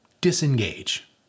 disengage